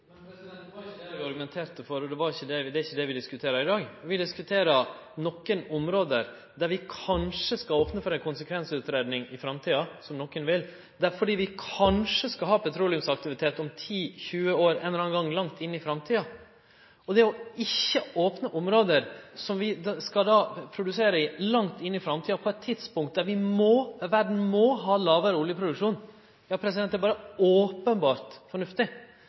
miljøfiendtleg? Det var ikkje det eg argumenterte for, og det er ikkje det vi diskuterer i dag. Vi diskuterer nokre område der vi kanskje skal opne for ei konsekvensutgreiing i framtida, som nokre vil, fordi vi kanskje skal ha petroleumsaktivitet om 10–20 år – ein eller annan gong langt inn i framtida. Det å ikkje opne område der vi skal produsere langt inn i framtida, på eit tidspunkt då verda må ha lågare oljeproduksjon, er openbert fornuftig.